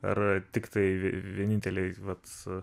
ar tiktai vieninteliai vat